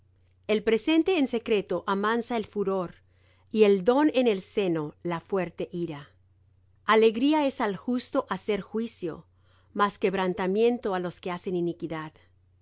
el presente en secreto amansa el furor y el don en el seno la fuerte ira alegría es al justo hacer juicio mas quebrantamiento á los que hacen iniquidad